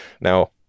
now